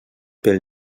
pel